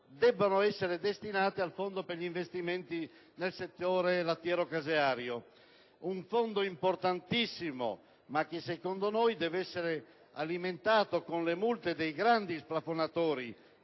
debbano essere destinate al Fondo per gli investimenti nel settore lattiero-caseario; un Fondo importantissimo, ma che secondo noi deve essere alimentato con le multe dei grandi splafonatori